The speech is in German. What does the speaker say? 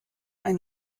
ein